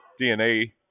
DNA